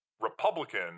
Republican